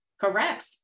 Correct